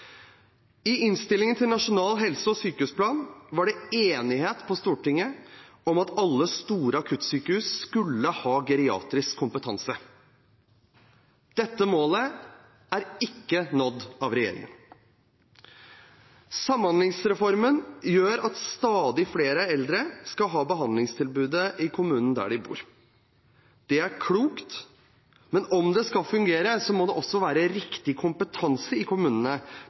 I innstillingen til Nasjonal helse- og sykehusplan var det enighet på Stortinget om at alle store akuttsykehus skulle ha geriatrisk kompetanse. Dette målet er ikke nådd av regjeringen. Samhandlingsreformen gjør at stadig flere eldre skal ha behandlingstilbudet i kommunen der de bor. Det er klokt, men om det skal fungere, må det også være riktig kompetanse i kommunene